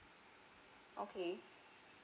okay